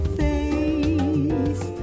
face